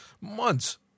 Months